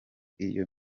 iyo